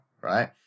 right